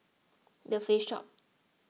the Face Shop